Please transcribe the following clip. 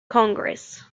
congress